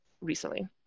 recently